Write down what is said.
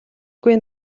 үгүй